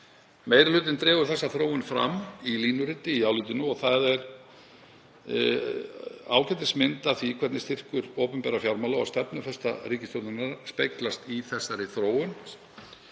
Meiri hlutinn dregur þessa þróun fram í línuriti í álitinu og það gefur ágætismynd af því hvernig styrkur opinberra fjármála og stefnufesta ríkisstjórnarinnar speglast í þessari þróun